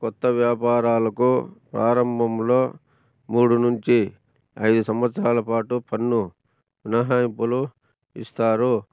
క్రొత్త వ్యాపారాలకు ప్రారంభంలో మూడు నుంచి ఐదు సంవత్సరాల పాటు పన్ను మినహాయింపులు ఇస్తారు